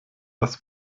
was